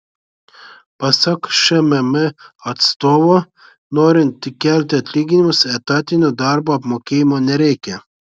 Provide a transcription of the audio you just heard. pasak šmm atstovo norint tik kelti atlyginimus etatinio darbo apmokėjimo nereikia